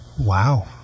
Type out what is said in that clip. Wow